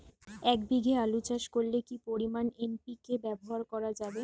এক বিঘে আলু চাষ করলে কি পরিমাণ এন.পি.কে ব্যবহার করা যাবে?